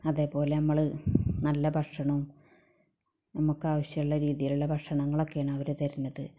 അതേപോലെ നമ്മൾ നല്ല ഭക്ഷണവും നമ്മൾക്ക് ആവശ്യമുള്ള രീതിയിലുള്ള ഭക്ഷണങ്ങളൊക്കെയാണ് അവർ തരണത്